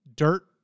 Dirt